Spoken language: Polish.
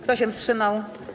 Kto się wstrzymał?